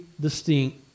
distinct